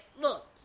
look